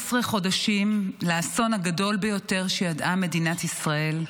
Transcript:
11 חודשים לאסון הגדול ביותר שידעה מדינת ישראל,